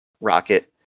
Rocket